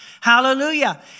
Hallelujah